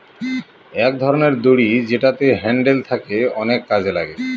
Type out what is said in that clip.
এক ধরনের দড়ি যেটাতে হ্যান্ডেল থাকে অনেক কাজে লাগে